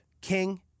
King